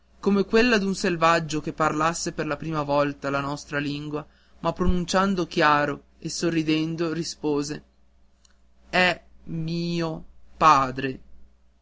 come quella d'un selvaggio che parlasse per la prima volta la nostra lingua ma pronunciando chiaro e sorridendo rispose è mi o